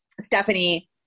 Stephanie –